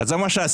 זה מה שעשיתם.